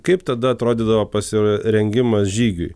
kaip tada atrodydavo pasirengimas žygiui